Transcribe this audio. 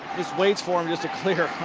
just waits for him. just to clear.